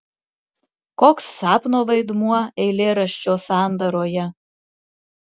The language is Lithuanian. koks sapno vaidmuo eilėraščio sandaroje